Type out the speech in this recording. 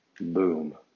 boom